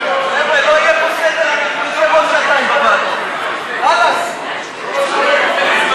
תקציב לסעיף 39 לשנת 2015. בעד ההסתייגויות,